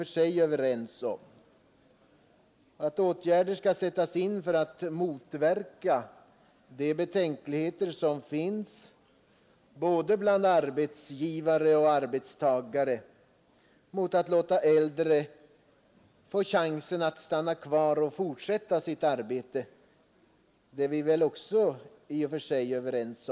Likaså är vi väl överens om att åtgärder skall sättas in för att motverka de betänkligheter som finns både bland arbetsgivare och arbetstagare mot att låta äldre få chansen att stanna kvar och fortsätta sitt arbete.